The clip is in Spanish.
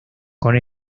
con